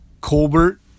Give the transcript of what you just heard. Colbert